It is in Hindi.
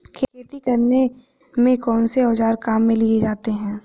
खेती करने में कौनसे औज़ार काम में लिए जाते हैं?